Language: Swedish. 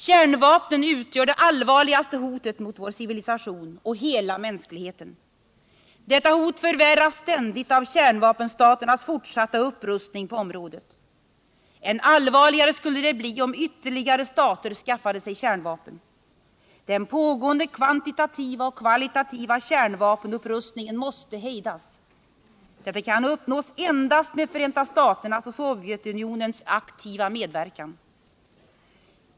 Kärnvapnen utgör det allvarligaste hotet mot vår civilisation och hela mänskligheten. Detta hot förvärras ständigt av kärnvapenstaternas fortsatta upprustning på området. Än allvarligare skulle det bli om ytterligare stater skaffade sig kärnvapen. Den pågående kvantitativa och kvalitativa kärnvapenupprustningen måste hejdas. Detta kan uppnås endast med Förenta staternas och Sovjetunionens aktiva medverkan.